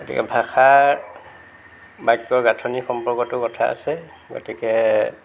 গতিকে ভাষা বাক্য়ৰ গাঁথনি সম্পৰ্কতো কথা আছে গতিকে